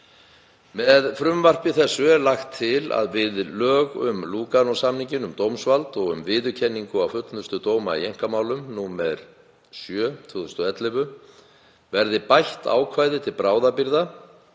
Með frumvarpi þessu er lagt til að við lög um Lúganósamninginn um dómsvald og um viðurkenningu og fullnustu dóma í einkamálum, nr. 7/2011, verði bætt ákvæði til bráðabirgða